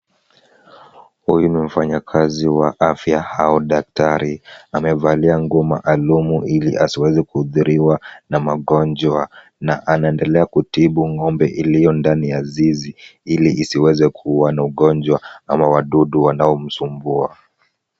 Huyu ni mfanyakazi wa afya au daktari. Amevalia nguo maalum ili asiweze kuathiriwa na magonjwa na anaendelea kutibu ngombe moja iliyo ndani ya zizi ili isiweze kuwa na ugonjwa ama wadudu wanaomsumbua.